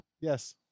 yes